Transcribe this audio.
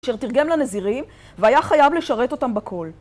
אשר תרגם לנזירים, והיה חייב לשרת אותם בכל.